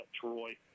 Troy